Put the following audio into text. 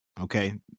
Okay